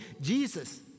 Jesus